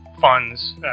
funds